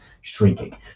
shrinking